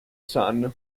sun